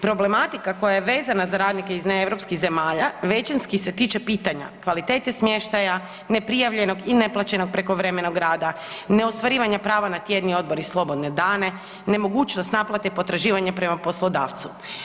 Problematika koja je vezana za radnike iz ne europskih zemalja, većinske se tiče pitanja kvalitete smještaja, neprijavljenog i neplaćenog prekovremenog rada, neostvarivanje prava na tjedni odmor i slobodne dane, nemogućnost naplate potraživanja prema poslodavcu.